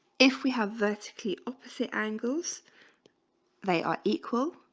if we have vertically opposite angles they are equal